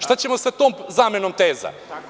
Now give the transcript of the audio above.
Šta ćemo sa tom zamenom teza?